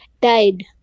died